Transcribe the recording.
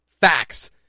facts